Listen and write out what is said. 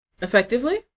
effectively